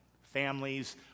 Families